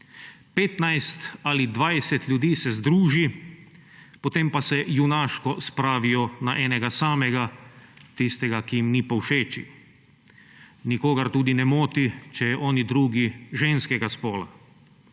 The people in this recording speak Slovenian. dvajset ljudi se združi, potem pa se junaško spravijo na enega samega, tistega, ki jim ni povšeči. Nikogar tudi ne moti, če je oni drugi ženskega spola.